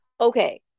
Okay